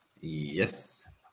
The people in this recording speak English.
Yes